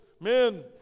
Men